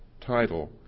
title